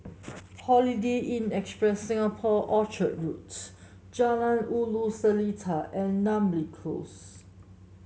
Holiday Inn Express Singapore Orchard Roads Jalan Ulu Seletar and Namly Close